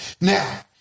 Now